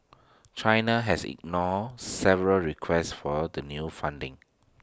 China has ignored several requests for the new funding